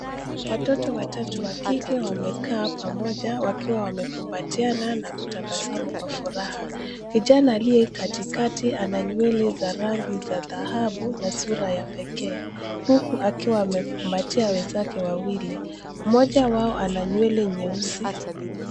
Watoto watatu wa kike wamekaa pamoja wakiwa wamekumbatiana na kutabasamu kwa furaha. Kijana aliye katikati ana nywele za rangi za dhahabu na sura ya pekee. Huku akiwa amekumbatia wenzake wawili. Mmoja wao ana nywele nyeusi.